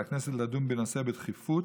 על הכנסת לדון בנושא בדחיפות,